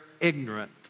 ignorant